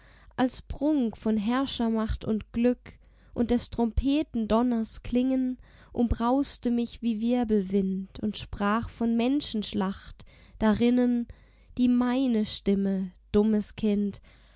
als prunk von herrschermacht und glück und des trompeten donners klingen umbrauste mich wie wirbelwind und sprach von menschenschlacht darinnen die meine stimme dummes kind